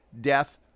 death